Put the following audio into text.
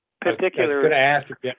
particular